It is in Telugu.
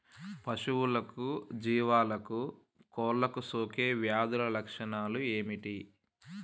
పశువులకు జీవాలకు కోళ్ళకు సోకే వ్యాధుల లక్షణాలు ఏమిటి?